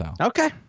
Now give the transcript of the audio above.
Okay